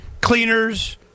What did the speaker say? cleaners